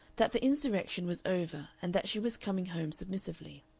that the insurrection was over and that she was coming home submissively.